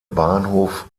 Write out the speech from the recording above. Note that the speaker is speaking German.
bahnhof